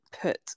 put